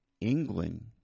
England